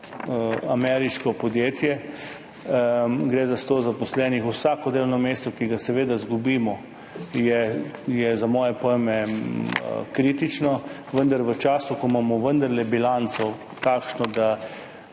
ameriško podjetje. Gre za 100 zaposlenih. Vsako delovno mesto, ki ga izgubimo, je za moje pojme kritično, vendar v času, ko imamo vendarle bilanco takšno, da